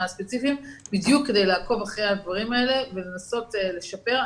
הספציפיים בדיוק כדי לעקוב אחרי הדברים האלה ולנסות לשפר.